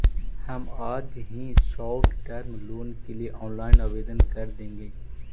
हम आज ही शॉर्ट टर्म लोन के लिए ऑनलाइन आवेदन कर देंगे